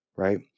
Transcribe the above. Right